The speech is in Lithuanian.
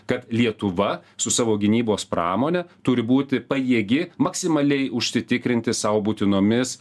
kad lietuva su savo gynybos pramone turi būti pajėgi maksimaliai užsitikrinti sau būtinomis